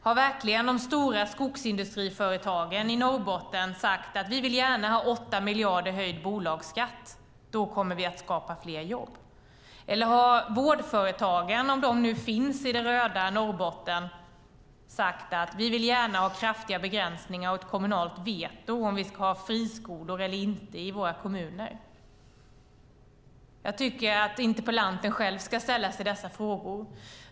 Har verkligen de stora skogsindustriföretagen i Norrbotten sagt att de gärna vill ha 8 miljarder i höjd bolagsskatt, för då kommer de att kunna skapa fler jobb? Eller har vårdföretagen, om de nu finns i det röda Norrbotten, sagt att de gärna vill ha kraftiga begränsningar och ett kommunalt veto om de ska ha friskolor eller inte i kommunerna? Jag tycker att interpellanten själv ska ställa sig dessa frågor.